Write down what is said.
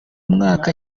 mwaka